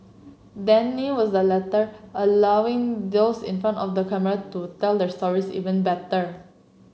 Danny was the latter allowing those in front of the camera to tell their stories even better